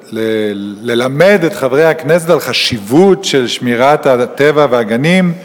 ללמד את חברי הכנסת על החשיבות של שמירת הטבע והגנים,